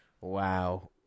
Wow